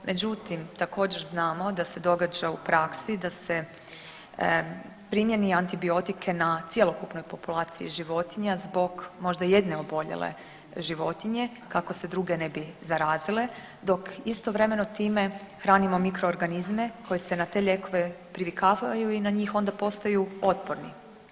Međutim, također znamo da se događa u praksi da se primijeni antibiotike na cjelokupnoj populaciji životinja zbog možda jedne oboljele životinje kako se druge ne bi zarazile, dok istovremeno time hranimo mikroorganizme koji se na te lijekove privikavaju i na njih onda postaju otporni.